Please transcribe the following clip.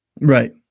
Right